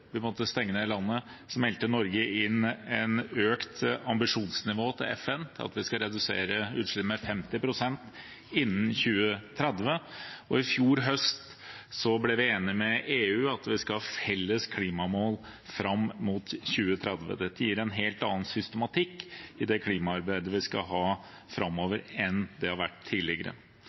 vi måtte stenge ned landet, meldte Norge inn et økt ambisjonsnivå til FN om at vi skal redusere utslippene med 50 pst. innen 2030. I fjor høst ble vi enige med EU om at vi skulle ha felles klimamål fram mot 2030. Det gir en helt annen systematikk enn tidligere i det klimaarbeidet vi skal gjøre framover. Noe av det